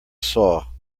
saw